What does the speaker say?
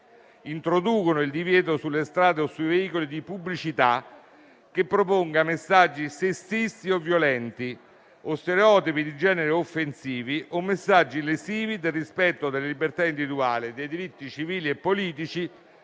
introducono il divieto sulle strade o sui veicoli di pubblicità che proponga messaggi sessisti o violenti, stereotipi di genere offensivi o messaggi lesivi del rispetto delle libertà individuali, dei diritti civili e politici,